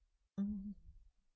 mm